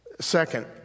Second